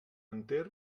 enter